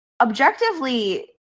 objectively